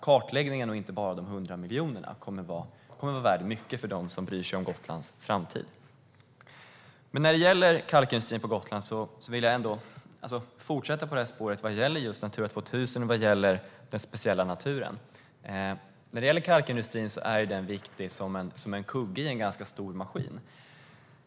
Kartläggningen - inte bara de 100 miljonerna - kommer att vara värd mycket för dem som bryr sig om Gotlands framtid. När det gäller kalkindustrin på Gotland vill jag fortsätta på spåret beträffande Natura 2000 och den speciella naturen. Kalkindustrin är viktig som en kugge i en ganska stor maskin.